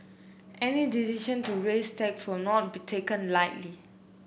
any decision to raise tax will not be taken lightly